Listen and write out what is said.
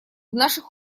наших